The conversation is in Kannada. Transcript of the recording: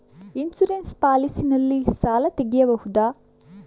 ಇನ್ಸೂರೆನ್ಸ್ ಪಾಲಿಸಿ ನಲ್ಲಿ ಸಾಲ ತೆಗೆಯಬಹುದ?